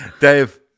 Dave